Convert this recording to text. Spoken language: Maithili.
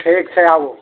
ठीक छै आबू